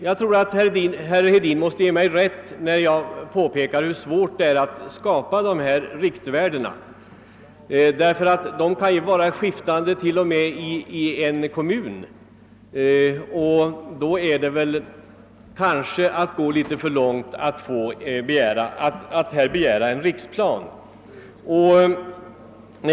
Jag tror att herr Hedin måste ge mig rätt, när jag påpekade hur svårt det är att fastställa gränsvärden, eftersom förhållandena ju kan vara skiftande till och med i en kommun, och då är det kanske att gå litet för långt att begära en riksplan.